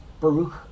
Baruch